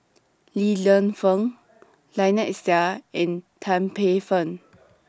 Li Lienfung Lynnette Seah and Tan Paey Fern